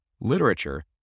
literature